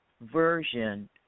version